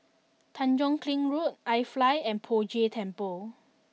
Tanjong Kling Road iFly and Poh Jay Temple